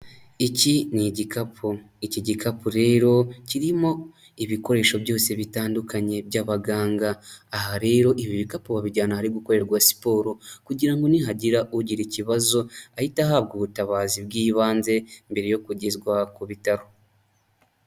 Iki ni igikapu iki gikapu rero kirimo ibikoresho byose bitandukanye by'abaganga, aha rero ibi bikapu babijyana ahari gukorerwa siporo kugira ngo nihagira ugira ikibazo ahite ahabwa ubutabazi bw'ibanze mbere yo kugezwa ku bitaro.